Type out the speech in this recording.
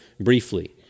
briefly